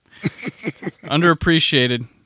underappreciated